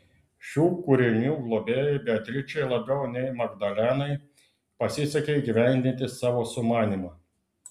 šių kūrinių globėjai beatričei labiau nei magdalenai pasisekė įgyvendinti savo sumanymą